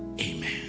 amen